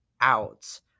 out